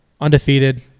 undefeated